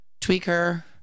tweaker